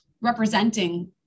representing